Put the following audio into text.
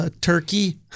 Turkey